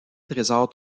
trésor